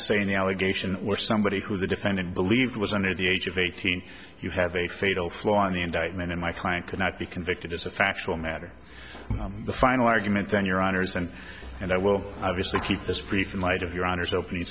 say in the allegation or somebody who the defendant believed was under the age of eighteen you have a fatal flaw in the indictment and my client cannot be convicted as a factual matter the final argument then your honour's and and i will obviously keep this brief in light of your honor's opening